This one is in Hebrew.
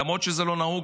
למרות שזה לא נהוג,